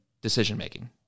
decision-making